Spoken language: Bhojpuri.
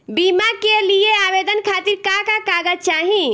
बीमा के लिए आवेदन खातिर का का कागज चाहि?